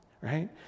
Right